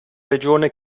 regione